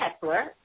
Tesla